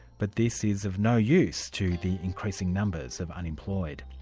but this is of no use to the increasing numbers of unemployed.